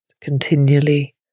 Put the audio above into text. Continually